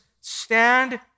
stand